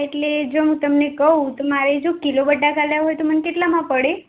એટલે જો હું તમને કહું તો મારે કિલો બટાકા લેવા હોય તો મને કેટલામાં પડે